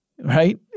right